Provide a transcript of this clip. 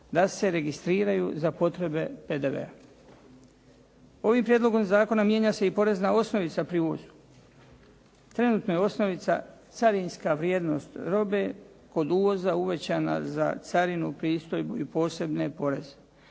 da se registriraju za potrebe PDV-a. Ovim prijedlogom zakona mijenja se i porezna osnovica pri uvozu. Trenutno je osnovica carinska vrijednost robe kod uvoza uvećana za carinu, pristojbu i posebne poreze,